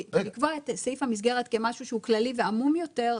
לקבוע את סעיף המסגרת כמשהו שהוא כללי ועמום יותר,